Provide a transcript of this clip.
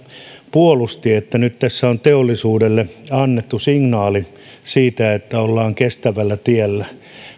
puolusti eli sitä että nyt tässä on teollisuudelle annettu signaali siitä että ollaan kestävällä tiellä